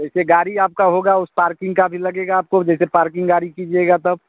देखिए गाड़ी आपकी होगी उस पार्किंग का भी लगेगा आपको जैसे पैकिंग गाड़ी कीजिएगा तब